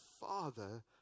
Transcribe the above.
father